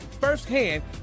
firsthand